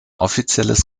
offizielles